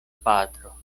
patro